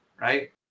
right